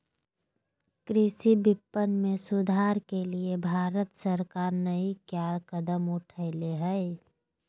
कृषि विपणन में सुधार के लिए भारत सरकार नहीं क्या कदम उठैले हैय?